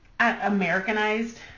Americanized